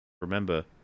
Remember